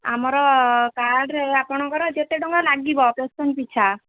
ଆମର କାଡ଼୍ରେ ଆପଣଙ୍କର ଯେତେ ଟଙ୍କା ଲାଗିବ ପର୍ସନ୍ ପିଛା